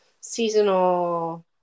seasonal